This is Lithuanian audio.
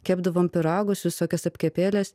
kepdavom pyragus visokias apkepėles